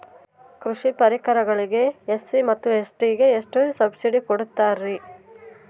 ಕೃಷಿ ಪರಿಕರಗಳಿಗೆ ಎಸ್.ಸಿ ಮತ್ತು ಎಸ್.ಟಿ ಗೆ ಎಷ್ಟು ಸಬ್ಸಿಡಿ ಕೊಡುತ್ತಾರ್ರಿ?